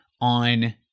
on